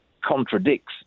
contradicts